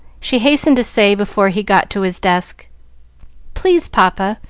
she hastened to say, before he got to his desk please, papa,